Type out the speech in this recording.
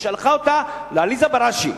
היא שלחה אותה לעליזה בראשי.